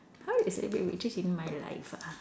how I celebrate victories in my life ah